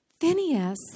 Phineas